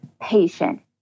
patient